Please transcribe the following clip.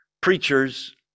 preachers